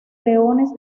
leones